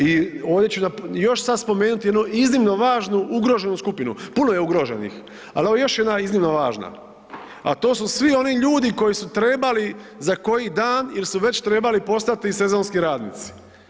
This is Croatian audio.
I ovdje ću još sad spomenuti jednu iznimno važnu ugroženu skupinu, puno je ugroženih, al evo još jedna iznimno važna, a to su svi oni ljudi koji su trebali za koji dan il su već trebali postati sezonski radnici.